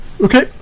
Okay